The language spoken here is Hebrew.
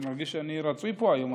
אני מרגיש שאני רצוי פה היום,